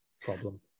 problem